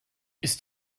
ist